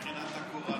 מבחינת הקוראן,